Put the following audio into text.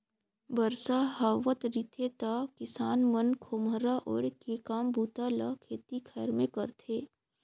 बरसा हावत रिथे त किसान मन खोम्हरा ओएढ़ के काम बूता ल खेती खाएर मे करथे